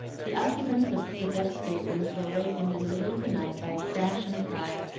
the occupants of the deck staterooms were wakened in the middle of the night by a crash and a cry,